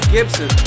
Gibson